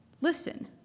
Listen